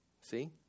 See